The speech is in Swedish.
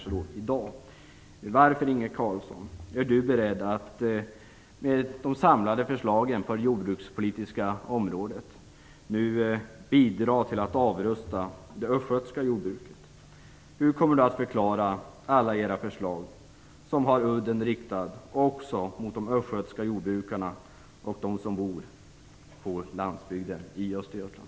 Jag frågar alltså: Varför är Inge Carlsson beredd att med de samlade förslagen på det jordbrukspolitiska området nu bidra till att avrusta det östgötska jordbruket? Hur kommer, Inge Carlsson, alla era förslag att förklaras som har udden riktad också mot de östgötska jordbrukarna och mot dem som bor på landsbygden i Östergötland?